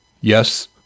Yes